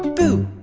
boo